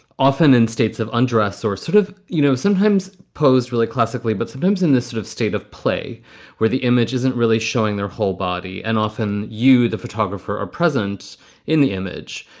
often in states of undress or sort of, you know, sometimes posed really classically, but sometimes in this sort of state of play where the image isn't really showing their whole body. and often you, the photographer, are present in the image.